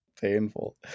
painful